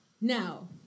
Now